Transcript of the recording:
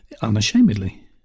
Unashamedly